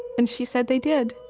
and she said they did,